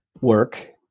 work